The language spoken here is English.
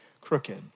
crooked